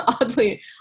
Oddly